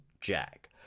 jack